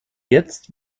jetzt